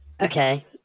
Okay